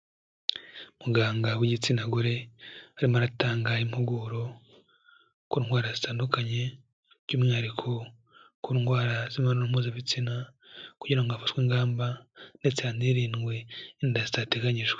Muganga w'igitsina gore arimo aratanga impuguro ku ndwara zitandukanye, by'umwihariko ku ndwara z'imibonano mpuzabitsina kugira ngo hafashwe ingamba ndetse hanirindwe inda zitateganyijwe.